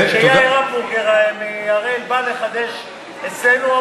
כשיאיר המבורגר מ"הראל" בא לחדש אצלנו,